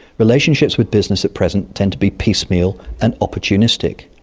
relationships with business at present tend to be piecemeal and opportunistic.